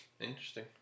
Interesting